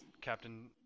Captain